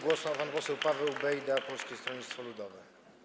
Głos ma pan poseł Paweł Bejda, Polskie Stronnictwo Ludowe.